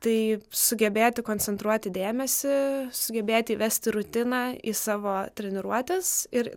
tai sugebėti koncentruoti dėmesį sugebėti įvesti rutiną į savo treniruotes ir